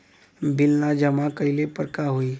Bill न जमा कइले पर का होई?